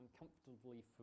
uncomfortably